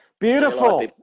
beautiful